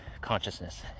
consciousness